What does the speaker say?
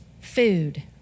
food